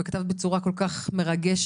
וכתבת בצורה כל כך מרגש,